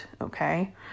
Okay